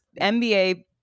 NBA